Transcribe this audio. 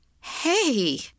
Hey